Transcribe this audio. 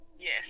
Yes